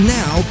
now